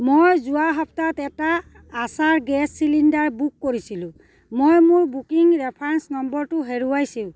মই যোৱা সপ্তাহত এটা S R gas cylinder book কৰিছিলোঁ মই মোৰ বুকিং ৰেফাৰেঞ্চ নম্বৰটো হেৰুৱাইছোঁ